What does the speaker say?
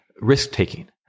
risk-taking